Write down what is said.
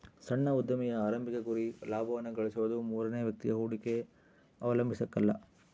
ಸಣ್ಣ ಉದ್ಯಮಿಯ ಆರಂಭಿಕ ಗುರಿ ಲಾಭವನ್ನ ಗಳಿಸೋದು ಮೂರನೇ ವ್ಯಕ್ತಿಯ ಹೂಡಿಕೆ ಅವಲಂಬಿಸಕಲ್ಲ